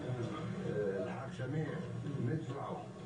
על מנת להיכנס.